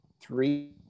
three